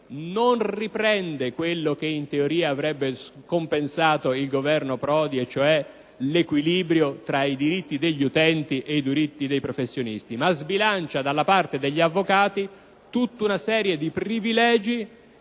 non riprende quello che in teoria avrebbe scompensato il Governo Prodi, e cioè l'equilibrio cioè tra i diritti degli utenti e i diritti dei professionisti, ma sbilancia dalla parte degli avvocati tutta una serie di privilegi